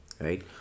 right